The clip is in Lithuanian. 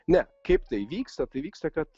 ne kaip tai vyksta tai vyksta kad